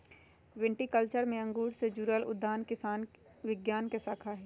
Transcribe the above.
viticulture में अंगूर से जुड़ल उद्यान विज्ञान के शाखा हई